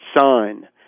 sign